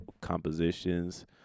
compositions